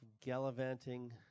gallivanting